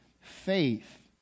faith